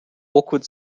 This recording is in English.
awkward